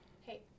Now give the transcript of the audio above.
Hey